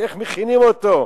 איך מכינים אותה?